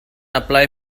apply